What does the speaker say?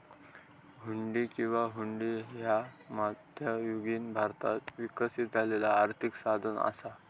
हुंडी किंवा हुंडी ह्या मध्ययुगीन भारतात विकसित झालेला आर्थिक साधन असा